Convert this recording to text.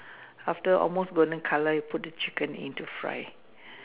after almost golden colour you put the chicken in to fry